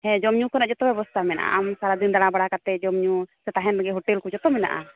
ᱦᱮᱸ ᱡᱚᱢ ᱧᱩ ᱠᱚᱨᱮᱱᱟᱜ ᱡᱚᱛᱚ ᱵᱮᱵᱚᱥᱛᱷᱟ ᱢᱮᱱᱟᱜᱼᱟ ᱟᱢ ᱥᱟᱨᱟ ᱫᱤᱱ ᱫᱟᱲᱟᱵᱟᱲᱟ ᱠᱟᱛᱮᱫ ᱡᱚᱢᱼᱧᱩ ᱛᱟᱦᱮᱱ ᱞᱟᱹᱜᱤᱫ ᱦᱳᱴᱮᱞ ᱠᱚ ᱡᱚᱛᱚ ᱢᱮᱱᱟᱜᱼᱟ